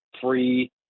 free